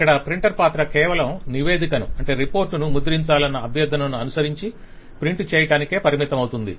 ఇక్కడ ప్రింటర్ పాత్ర కేవలం నివేదికను ముద్రించాలన్న అభ్యర్థనను అనుసరించి ప్రింట్ చేయటానికే పరిమితమవుతుంది